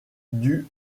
dut